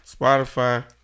Spotify